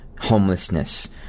homelessness